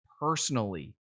personally